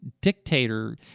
dictator